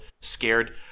scared